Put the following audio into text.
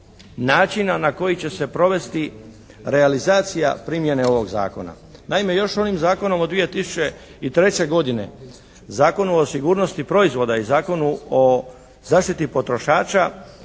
načina na koji će se provesti realizacija primjene ovog Zakona. Naime, još onim Zakonom od 2003. godine Zakonom o sigurnosti proizvoda i Zakonu o zaštiti potrošača